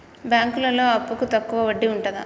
బ్యాంకులలో అప్పుకు తక్కువ వడ్డీ ఉంటదా?